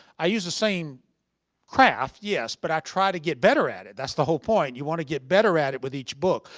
i use the same craft, yes, but i try to get better at it. that's the whole point. you want to get better at it with each book.